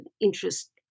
interest